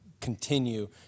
continue